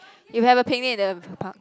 you have a picnic at the pa~ park